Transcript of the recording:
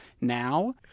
now